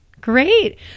Great